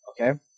Okay